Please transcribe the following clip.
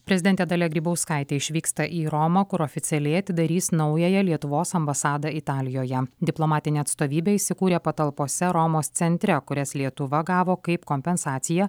prezidentė dalia grybauskaitė išvyksta į romą kur oficialiai atidarys naująją lietuvos ambasadą italijoje diplomatinė atstovybė įsikūrė patalpose romos centre kurias lietuva gavo kaip kompensaciją